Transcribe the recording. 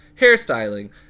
hairstyling